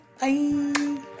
Bye